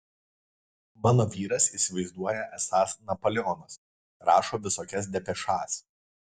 mano vyras įsivaizduoja esąs napoleonas rašo visokias depešas